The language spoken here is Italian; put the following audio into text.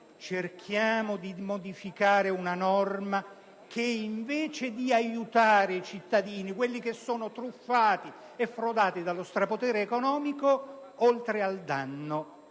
per modificare una norma che, invece di aiutare i cittadini truffati e frodati dallo strapotere economico, oltre al danno